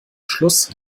schluss